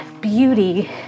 beauty